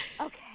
Okay